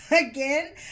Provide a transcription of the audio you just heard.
again